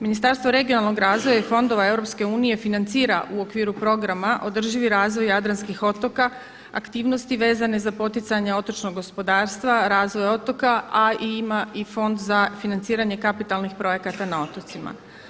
Ministarstvo regionalnog razvoja i fondova EU financira u okviru programa održivi razvoj jadranskih otoka, aktivnosti vezane za poticanje otočnog gospodarstva, razvoj otoka a i imam i fond za financiranje kapitalnih projekata na otocima.